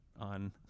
on